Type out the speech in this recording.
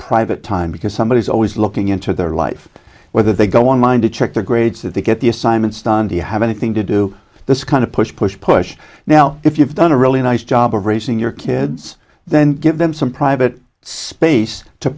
private time because somebody is always looking into their life whether they go online to check their grades that they get the assignment stand you have anything to do this kind of push push push now if you've done a really nice job of raising your kids then give them some private space to